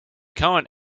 current